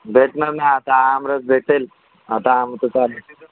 भेटणार ना आता आमरस भेटेल आता आमचंचा